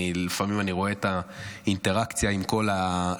לפעמים אני רואה את האינטראקציה עם כל ה"לא",